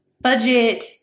budget